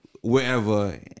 wherever